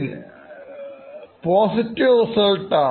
Nithin positive result ആണ്